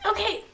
Okay